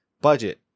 Budget